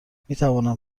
میتوانم